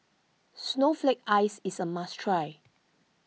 Snowflake Ice is a must try